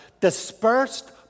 dispersed